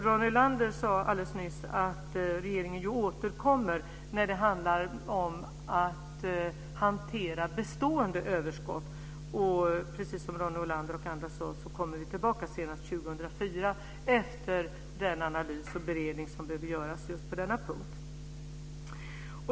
Ronny Olander sade alldeles nyss att regeringen återkommer i frågan om att hantera bestående överskott. Precis som Ronny Olander och andra har sagt kommer vi tillbaka senast 2004, efter den analys och beredning som behöver göras just på denna punkt.